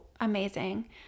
amazing